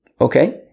okay